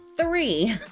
Three